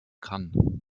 kann